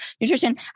nutrition